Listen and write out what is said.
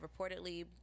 reportedly